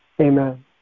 Amen